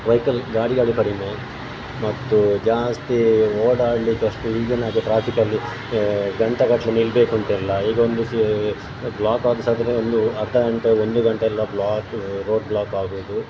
vehicle ಗಾಡಿಗಳು ಕಡಿಮೆ ಮತ್ತು ಜಾಸ್ತಿ ಓಡಾಡಲಿಕ್ಕೆ ಅಷ್ಟು ಈಗಿನ ಹಾಗೆ ಟ್ರಾಫಿಕ್ಕಲ್ಲಿ ಗಂಟೆಗಟ್ಟಲೆ ನಿಲ್ಲಬೇಕು ಅಂತ ಇಲ್ಲ ಈಗ ಒಂದು ಸೀ ಬ್ಲಾಕ್ ಒಂದು ಅರ್ಧ ಗಂಟೆ ಒಂದು ಗಂಟೆಯೆಲ್ಲ ಬ್ಲಾಕ್ ರೋಡ್ ಬ್ಲಾಕ್ ಆಗೋದು